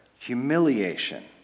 Humiliation